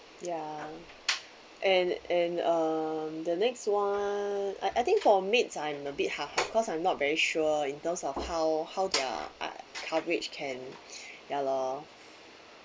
yeah and and uh the next one I I think for maids I am a bit half half cause I'm not very sure in terms of how how they're uh coverage can ya lor